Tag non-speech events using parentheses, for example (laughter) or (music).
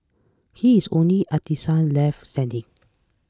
he is the only artisan left standing (noise)